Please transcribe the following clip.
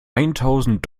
eintausend